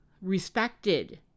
respected